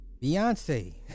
Beyonce